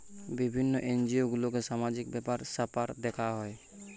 বিভিন্ন এনজিও গুলাতে সামাজিক ব্যাপার স্যাপার দেখা হয়